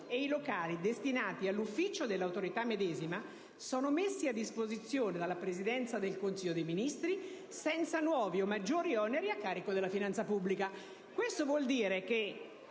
e i locali destinati all'Ufficio dell'Autorità medesima sono messi a disposizione dalla Presidenza del Consiglio dei ministri senza nuovi o maggiori oneri a carico della finanza pubblica". Questo significa che